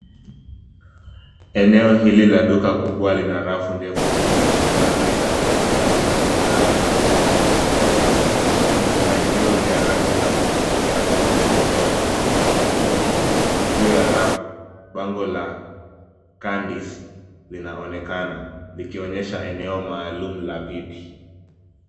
Eneo hili la duka kubwa lina rafu ndefu zilizojaa aina mbalimbali za bidhaa za pipi na peremende. Vifungashio vya rangi za kuvutia vimetundikwa na kupangwa vizuri. Juu ya rafu, bango la candies linaonekana, likionyesha eneo maalum la pipi.